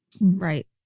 Right